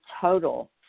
total